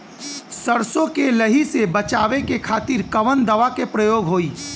सरसो के लही से बचावे के खातिर कवन दवा के प्रयोग होई?